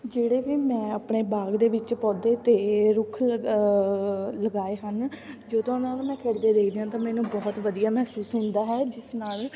ਜਿਹੜੇ ਵੀ ਮੈਂ ਆਪਣੇ ਬਾਗ ਦੇ ਵਿੱਚ ਪੌਦੇ ਅਤੇ ਰੁੱਖ ਲਗਾਏ ਹਨ ਜਦੋਂ ਉਹਨਾਂ ਨੂੰ ਮੈਂ ਖਿੜਦੇ ਦੇਖਦੀ ਹਾਂ ਤਾਂ ਮੈਨੂੰ ਬਹੁਤ ਵਧੀਆ ਮਹਿਸੂਸ ਹੁੰਦਾ ਹੈ ਜਿਸ ਨਾਲ